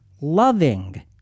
loving